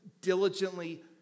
Diligently